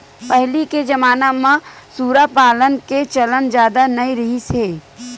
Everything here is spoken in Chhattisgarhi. पहिली के जमाना म सूरा पालन के चलन जादा नइ रिहिस हे